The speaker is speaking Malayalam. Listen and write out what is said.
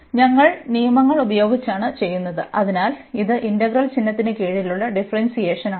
ഞങ്ങൾ നിയമങ്ങൾ ഉപയോഗിച്ചാണ് ചെയ്യുന്നത് അതിനാൽ ഇത് ഇന്റഗ്രൽ ചിഹ്നത്തിന് കീഴിലുള്ള ഡിഫറെന്സിയേഷനാണ്